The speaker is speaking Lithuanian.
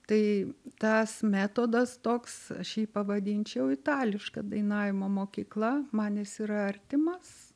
tai tas metodas toks aš jį pavadinčiau itališka dainavimo mokykla man jis yra artimas